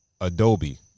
Adobe